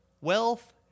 wealth